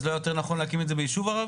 אז לא יותר נכון להקים את זה ביישוב ערבי?